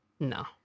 No